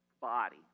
body